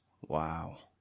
wow